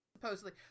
Supposedly